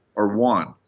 or one.